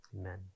Amen